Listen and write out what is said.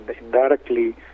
indirectly